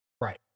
Right